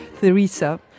Theresa